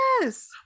Yes